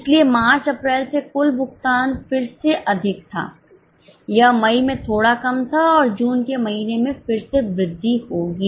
इसलिए मार्च अप्रैल से कुल भुगतान फिर से अधिक था यह मई में थोड़ा कम था और जून के महीने में फिर से वृद्धि होगी